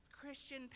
Christian